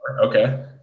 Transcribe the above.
okay